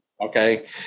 Okay